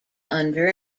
under